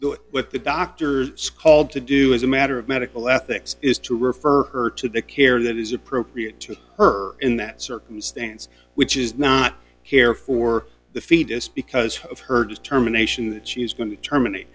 what the doctor's called to do as a matter of medical ethics is to refer her to the care that is appropriate to her in that circumstance which is not care for the fetus because of her determination that she is going to terminate